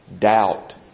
doubt